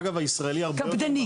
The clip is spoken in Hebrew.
אגב, הישראלי הרבה יותר מחמיר.